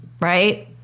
right